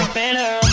better